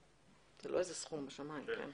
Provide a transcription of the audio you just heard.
זה לא איזה סכום בשמים, כן.